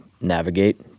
navigate